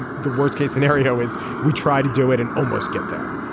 ah the worst case scenario is we try to do it and almost get there.